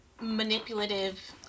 manipulative